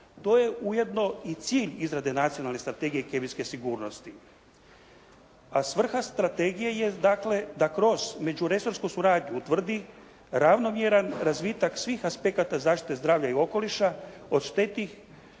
To je ujedno i cilj izrade Nacionalne strategije kemijske sigurnosti a svrha strategije je dakle da kroz međuresorsku suradnju utvrdi ravnomjeran razvitak svih aspekata zaštite zdravlja i okoliša od štetnih